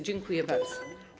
Dziękuję bardzo.